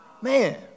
Man